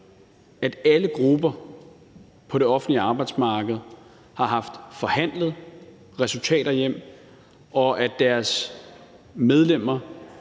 at alle grupper på det offentlige arbejdsmarked har forhandlet resultater hjem, og at deres medlemmer